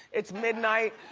it's midnight.